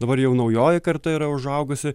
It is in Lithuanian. dabar jau naujoji karta yra užaugusi